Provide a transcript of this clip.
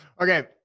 Okay